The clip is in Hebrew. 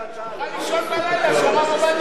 תוכל לישון בלילה כשהרב עובדיה יוסף,